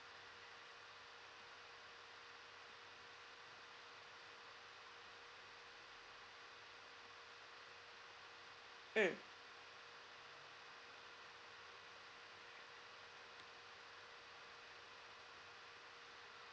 mm